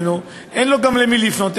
אין להם גם אל מי לפנות,